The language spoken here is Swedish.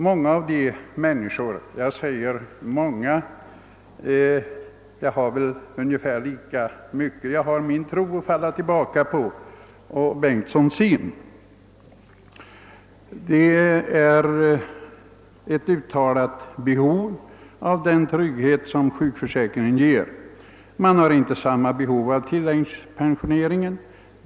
Jag har min tro att falla tillbaka på och herr Bengtsson har sin, men det är ett uttalat behov hos många människor — jag säger många — att ha den trygghet som sjukförsäkringen ger. Däremot har man inte samma behov av tillägspensionering.